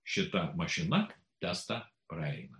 šita mašina testą praeina